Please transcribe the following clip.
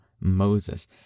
moses